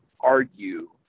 argue